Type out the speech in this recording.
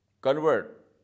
convert